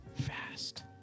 fast